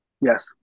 Yes